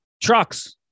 Trucks